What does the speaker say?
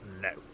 no